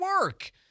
work